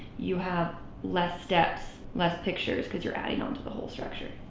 you have less steps, less pictures because you're adding on to the whole structure.